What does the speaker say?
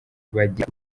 bagira